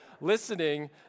listening